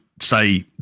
say